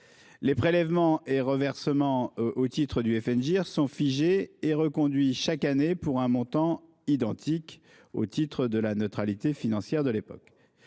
Les prélèvements et reversements au titre du FNGIR sont figés et reconduits chaque année pour un montant identique, ... Pourquoi ?... en raison de la neutralité financière de l'époque.